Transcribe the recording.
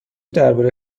درباره